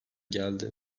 geldi